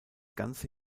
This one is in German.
ganze